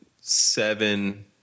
seven